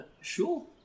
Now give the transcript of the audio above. Sure